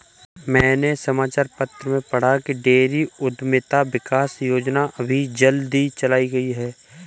मैंने समाचार पत्र में पढ़ा की डेयरी उधमिता विकास योजना अभी जल्दी चलाई गई है